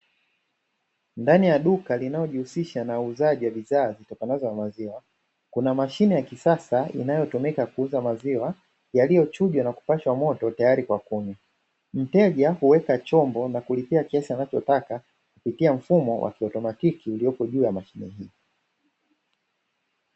Ndani ya duka linalojihusisha na uuzaji wa bidhaa zitokanazo na maziwa, kuna mashine ya kisasa inayotumika kuuza maziwa yaliyochujwa na kupashwa moto tayari kwa kunywa. Mteja huweka chombo na kulipia kiasi anachotaka kupitia mfumo wa kiautomatiki uliopo juu ya mashine hiyo.